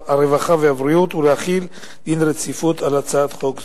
הרווחה והבריאות ולהחיל דין רציפות על הצעת חוק זו.